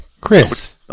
Chris